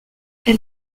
elle